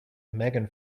megan